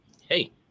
hey